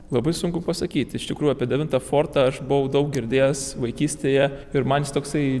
labai sunku pasakyti iš tikrų apie devintą fortą aš buvau daug girdėjęs vaikystėje ir man jis toksai